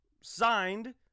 signed